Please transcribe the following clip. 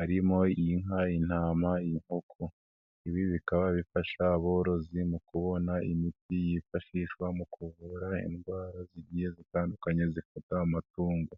arimo inka, intama, inkoko. Ibi bikaba bifasha aborozi mu kubona imiti yifashishwa mu kuvura indwara zigiye zitandukanye zifata amatungo.